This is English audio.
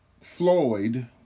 Floyd